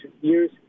years